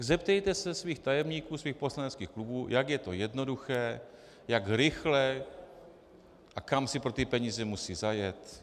Zeptejte se tajemníků svých poslaneckých klubů, jak je to jednoduché, jak rychle a kam si pro ty peníze musí zajet apod.